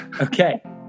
Okay